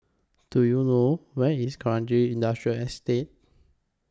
Do YOU know Where IS Kranji Industrial Estate